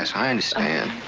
i understand.